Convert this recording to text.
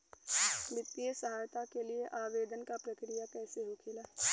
वित्तीय सहायता के लिए आवेदन क प्रक्रिया कैसे होखेला?